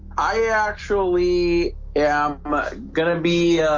i actually am gonna be